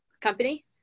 company